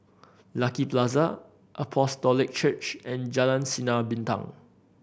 Lucky Plaza Apostolic Church and Jalan Sinar Bintang